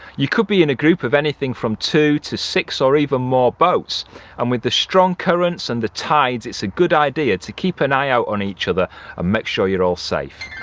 you could be in a group of anything from two to six or even more boats and with the strong currents and the tides it's a good idea to keep an eye out on each other and ah make sure you're all safe.